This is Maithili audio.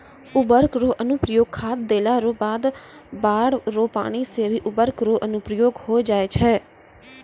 उर्वरक रो अनुप्रयोग खाद देला रो बाद बाढ़ रो पानी से भी उर्वरक रो अनुप्रयोग होय जाय छै